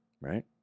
Right